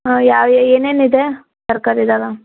ಹಾಂ ಯಾವ ಏನೇನು ಇದೆ ತರಕಾರಿ ಎಲ್ಲಾ